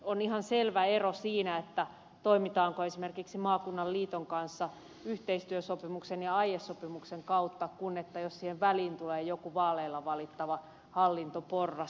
on ihan selvä ero siinä toimitaanko esimerkiksi maakunnan liiton kanssa yhteistyösopimuksen ja aiesopimuksen kautta vai tuleeko siihen väliin joku vaaleilla valittava hallintoporras